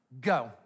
go